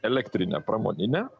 elektrinę pramoninę